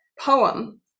poem